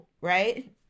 right